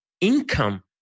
income